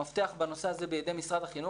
המפתח בנושא הזה בידי משרד החינוך,